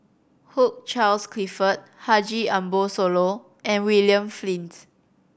Hugh Charles Clifford Haji Ambo Sooloh and William Flint